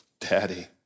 Daddy